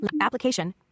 application